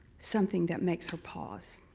something that makes her pause.